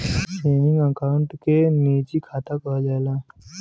सेवींगे account के निजी खाता कहल जाला